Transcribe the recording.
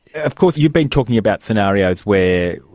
of course you been talking about scenarios where,